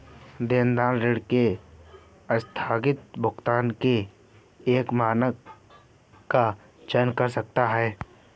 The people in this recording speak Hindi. देनदार ऋण के आस्थगित भुगतान के एक मानक का चयन कर सकता है